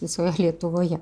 visoje lietuvoje